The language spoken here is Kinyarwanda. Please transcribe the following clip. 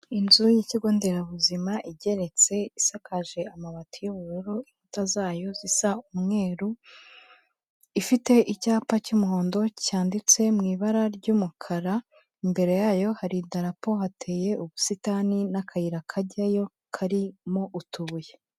Inzu y'ikigo nderabuzima igeretse, isakaje amabati y'ubururu, inkuta zayo zisa umweru, ifite icyapa cy'umuhondo cyanditse mu ibara ry'umukara, imbere yayo hari idarapo, hateye ubusitani n'akayira kajyayo karimo utubuye.